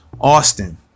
Austin